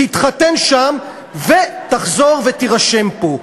תתחתן שם ותחזור ותירשם פה.